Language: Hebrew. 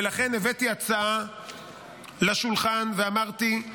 ולכן הבאתי הצעה לשולחן ואמרתי: